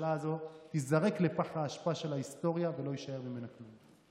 שהממשלה הזו תיזרק לפח האשפה של ההיסטוריה ולא יישאר ממנה כלום.